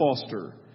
Foster